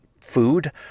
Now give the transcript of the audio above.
food